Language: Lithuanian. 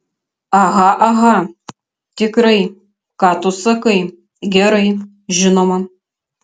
aha aha tikrai ką tu sakai gerai žinoma